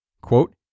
quote